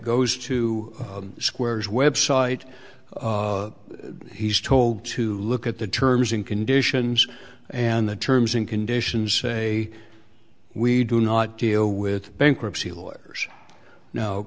goes to the squares website he's told to look at the terms and conditions and the terms and conditions say we do not deal with bankruptcy lawyers no